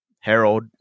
Harold